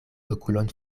okulon